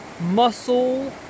muscle